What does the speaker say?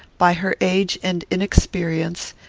by her age and inexperience,